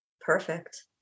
Perfect